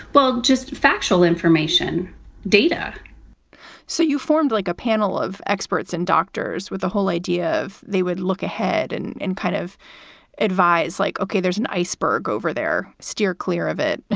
well, just factual information data so you formed like a panel of experts and doctors with the whole idea of they would look ahead and and kind of advise, like, ok, there's an iceberg over there. steer clear of it.